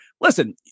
Listen